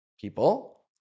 people